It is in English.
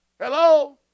Hello